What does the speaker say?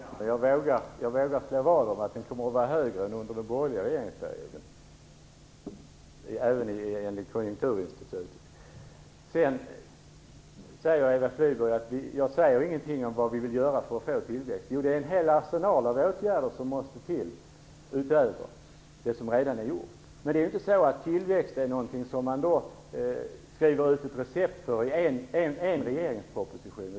Fru talman! Jag minns inte det på rak arm, men jag vågar slå vad om att tillväxten kommer att vara högre än under den borgerliga regeringens tid, även enligt Konjunkturinstitutet. Eva Flyborg säger att jag inte talar om vad vi vill göra för att få tillväxt. Jo, det är en hel arsenal av åtgärder som måste till utöver det som redan är gjort. Men tillväxt är inte något som man skriver ut ett recept för i en enda regeringsproposition.